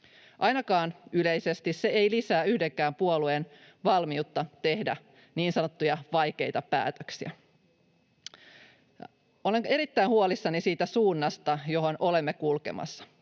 Ainakaan yleisesti se ei lisää yhdenkään puolueen valmiutta tehdä niin sanottuja vaikeita päätöksiä. Olen erittäin huolissani siitä suunnasta, johon olemme kulkemassa.